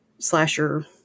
slasher